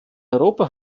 europa